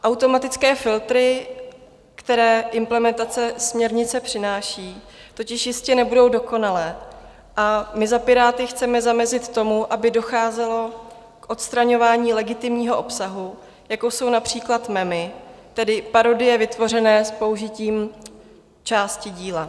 Automatické filtry, které implementace směrnice přináší, totiž jistě nebudou dokonalé a my za Piráty chceme zamezit tomu, aby docházelo k odstraňování legitimního obsahu, jako jsou například memy, tedy parodie vytvořené s použitím části díla.